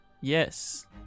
Yes